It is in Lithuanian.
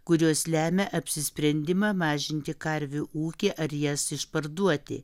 kurios lemia apsisprendimą mažinti karvių ūkį ar jas išparduoti